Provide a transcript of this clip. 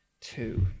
two